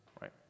right